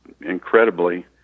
incredibly